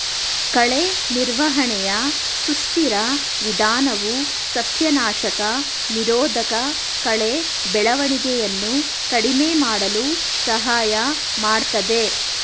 ಕಳೆ ನಿರ್ವಹಣೆಯ ಸುಸ್ಥಿರ ವಿಧಾನವು ಸಸ್ಯನಾಶಕ ನಿರೋಧಕಕಳೆ ಬೆಳವಣಿಗೆಯನ್ನು ಕಡಿಮೆ ಮಾಡಲು ಸಹಾಯ ಮಾಡ್ತದೆ